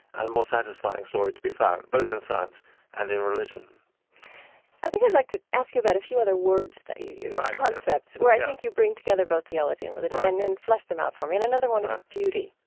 and more satisfying story to be found, both in science and in religion i think i'd like to ask you about a few other words that you use, concepts where i think you bring together both theology and religion and flesh them out for me. and another one is beauty?